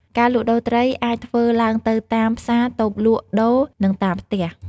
ការលក់ដូរត្រីអាចធ្វើឡើងនៅតាម ផ្សារ តូបលក់ដូរ និង តាមផ្ទះ។